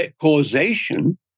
causation